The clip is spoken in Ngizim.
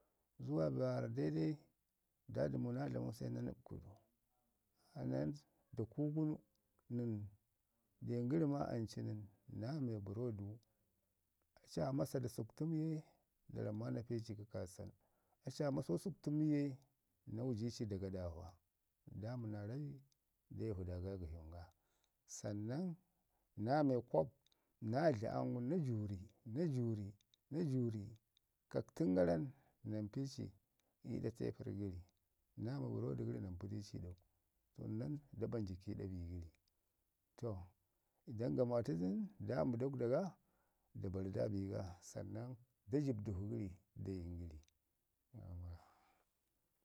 zuwa ga waarra daidai nda dəmu naa dlamau sai na nəpkə du. Sannan daku gu nən den gəri maa ancu nən, naa mai bərrodu, aci aa masa du sukutum ye da rami naa pi ci kə kaasən, aci a masau sukutum bi ye, na wuji ci da gadava, da mi naa rabi da ivu da gagəshin ga sannan naa mai kop, na dli am gu na jurni- na jurri- na jurri, nəpkən gara nən na mpi ci ii ɗa tepərr gəri naa mi bərrodi gəri na mpi ci i ɗau, sannan da ɓanji kiida bi gəri. To idan gamatu dən, da mi dagwda ga da bari da bi ga, sannan da jəb dəvu gəri da yin gəri.